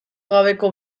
gabeko